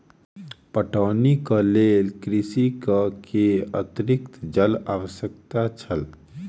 पटौनीक लेल कृषक के अतरिक्त जलक आवश्यकता छल